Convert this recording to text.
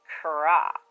crop